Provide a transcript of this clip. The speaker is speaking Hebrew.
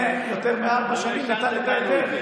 בג"ץ כבר לפני יותר מארבע שנים נתן את ההיתר.